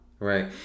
Right